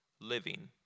living